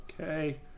Okay